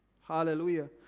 Hallelujah